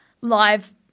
live